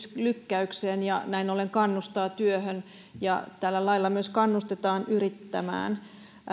lykkäykseen ja näin ollen kannustaa työhön tällä lailla myös kannustetaan yrittämään